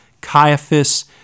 Caiaphas